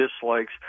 dislikes